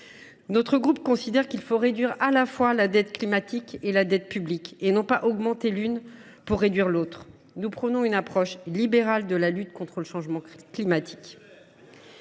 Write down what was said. Notre groupe considère qu’il faut réduire à la fois la dette publique et la dette climatique, et non augmenter l’une pour réduire l’autre. Nous prônons une approche libérale… Réactionnaire !… de la lutte contre le changement climatique